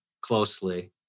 closely